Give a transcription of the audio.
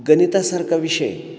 गणितासारखा विषय